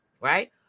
Right